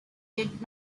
did